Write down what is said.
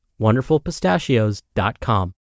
wonderfulpistachios.com